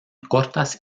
cortas